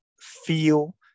feel